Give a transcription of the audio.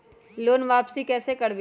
Loan वापसी कैसे करबी?